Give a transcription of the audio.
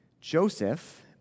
Joseph